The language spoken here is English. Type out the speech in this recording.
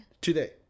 Today